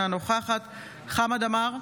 אינה נוכחת חמד עמאר,